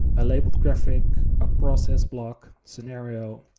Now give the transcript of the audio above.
a labeled graphic, a process block, scenario,